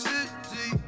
City